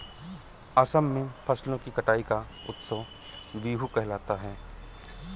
असम में फसलों की कटाई का उत्सव बीहू कहलाता है